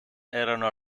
erano